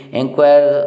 inquire